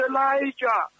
Elijah